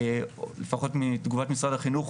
לפחות מתגובת משרד החינוך,